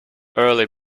early